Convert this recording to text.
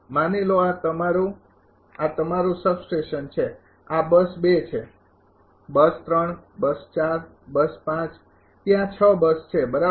માની લો આ તમારું આ તમારું સબસ્ટેશન છે આ બસ ૨ છે બસ ૩ બસ ૪ બસ ૫ ત્યાં ૬ બસ છે બરાબર